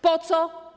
Po co?